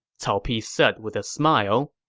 cao pi said with a smile.